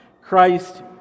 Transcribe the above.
christ